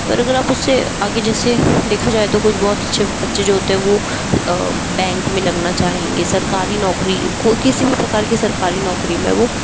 पर अगर आप उससे आगे जैसे देखा जाए तो कुछ बहुत अच्छे बच्चे जो होते हैं वो बैंक में लगाना चाहेंगे सरकारी नौकरी खोती सी भी प्रकार की सरकारी नौकरी में वो